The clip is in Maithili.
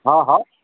हॅं हॅं